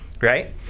right